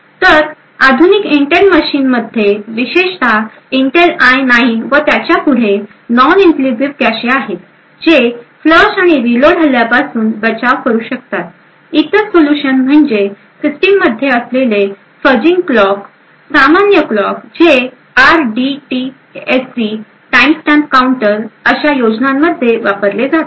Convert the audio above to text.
तर आधुनिक इंटेल मशीनमध्ये विशेषत इंटेल आय 9 व त्याच्यापुढे नॉन इनक्लूझीव कॅशे आहेत जे फ्लश आणि रीलोड हल्ल्यापासून बचाव करू शकतात इतर सोल्यूशन्स म्हणजे सिस्टममध्ये असलेले असलेले फजिंग क्लॉक सामान्य क्लॉक जे आरडीटीएससी टाइमस्टॅम्प काउंटर अशा योजनांमध्ये वापरले जातात